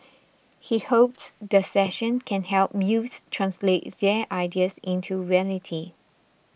he hopes the session can help youths translate their ideas into reality